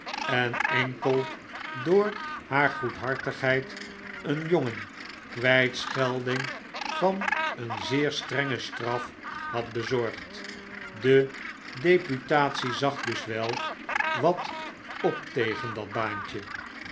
en enkel door haar goedhartigheid een jongen kwytschelding van een zeer strenge straf had bezorgd de deputatie zag dus wel wat op tegen dat baantje